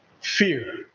Fear